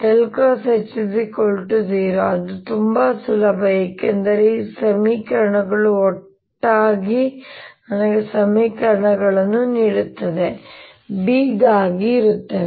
H 0 ಅದು ತುಂಬಾ ಸುಲಭ ಏಕೆಂದರೆ ಈ ಎರಡು ಸಮೀಕರಣಗಳು ಒಟ್ಟಾಗಿ ನನಗೆ ಸಮೀಕರಣಗಳನ್ನು ನೀಡುತ್ತವೆ B ಗಾಗಿ ಇರುತ್ತವೆ